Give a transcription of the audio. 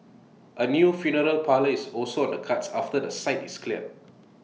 A new funeral parlour is also on the cards after the site is cleared